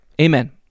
Amen